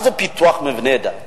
מה זה פיתוח מבני דת?